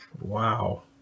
Wow